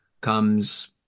comes